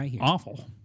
awful